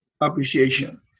appreciation